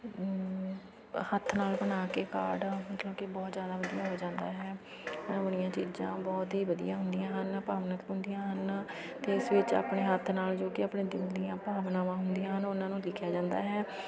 ਹੱਥ ਨਾਲ ਬਣਾ ਕੇ ਕਾਰਡ ਮਤਲਬ ਕਿ ਬਹੁਤ ਜ਼ਿਆਦਾ ਵਧੀਆ ਹੋ ਜਾਂਦਾ ਹੈ ਆਪਣੀਆਂ ਚੀਜ਼ਾਂ ਬਹੁਤ ਹੀ ਵਧੀਆ ਹੁੰਦੀਆਂ ਹਨ ਭਾਵਨਕ ਹੁੰਦੀਆਂ ਹਨ ਅਤੇ ਇਸ ਵਿੱਚ ਆਪਣੇ ਹੱਥ ਨਾਲ ਜੋ ਕਿ ਆਪਣੇ ਦਿਲ ਦੀਆਂ ਭਾਵਨਾਵਾਂ ਹੁੰਦੀਆਂ ਹਨ ਉਹਨਾਂ ਨੂੰ ਲਿਖਿਆ ਜਾਂਦਾ ਹੈ